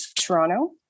Toronto